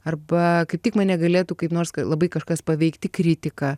arba kaip tik mane galėtų kaip nors k labai kažkas paveikti kritika